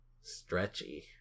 stretchy